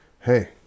Hey